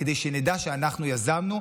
כדי שנדע שאנחנו יזמנו,